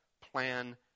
plan